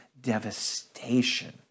devastation